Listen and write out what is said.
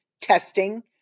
Testing